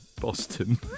Boston